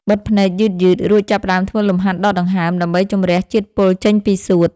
បិទភ្នែកយឺតៗ រួចចាប់ផ្ដើមធ្វើលំហាត់ដកដង្ហើម ដើម្បីជម្រះជាតិពុលចេញពីសួត។